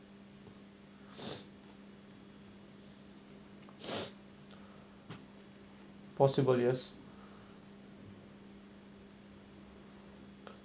possible yes